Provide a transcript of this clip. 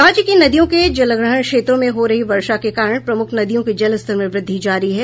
राज्य की नदियों के जलग्रहण क्षेत्रों में हो रही वर्षा के कारण प्रमुख नदियों के जलस्तर में वृद्धि जारी है